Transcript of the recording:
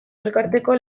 elkarteko